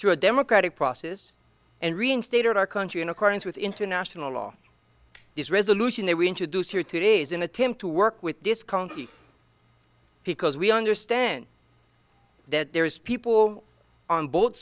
through a democratic process and reinstated our country in accordance with international law this resolution that we introduce here today is an attempt to work with this county because we understand that there is people on both